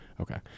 Okay